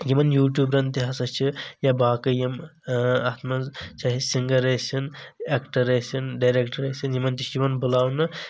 یِمن یوٗٹیوٗبرن تہِ ہسا چھ یا باقے یِم اَتھ منٛز چاہے سِنگر أسِنۍ اٮ۪کٹر أسِنۍ ڈایریکٹر أسِنۍ یِمن تہِ چھِ یِوان بُلاونہٕ